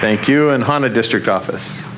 thank you and hon a district office